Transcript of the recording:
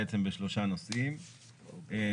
נושאים,